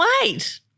wait